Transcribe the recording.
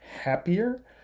happier